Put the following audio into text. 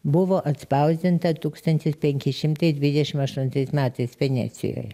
buvo atspausdinta tūkstantis penki šimtai dvidešim aštuntais metais venecijoje